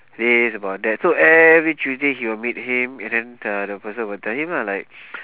days about that so every tuesday he will meet him and then the the person will tell him lah like